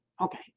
Okay